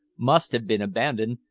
must have been abandoned,